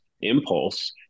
impulse